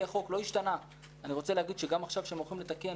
אני רוצה להגיד שגם עכשיו כשהם הולכים לתקן,